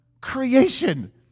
creation